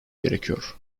gerekiyor